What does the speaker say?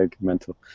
mental